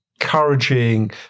encouraging